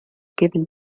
given